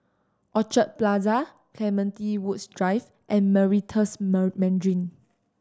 Orchard Plaza Clementi Woods Drive and Meritus Mandarin